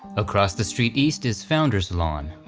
across the street east is founder's lawn.